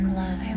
love